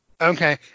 Okay